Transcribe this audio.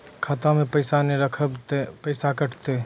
खाता मे पैसा ने रखब ते पैसों कटते?